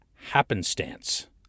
happenstance